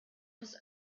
was